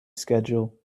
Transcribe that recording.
schedule